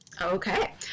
Okay